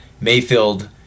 Mayfield